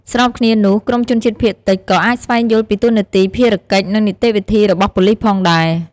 ស្របគ្នានោះ ក្រុមជនជាតិភាគតិចក៏អាចស្វែងយល់ពីតួនាទី ភារកិច្ច និងនីតិវិធីរបស់ប៉ូលិសផងដែរ។